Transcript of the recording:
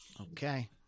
Okay